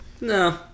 No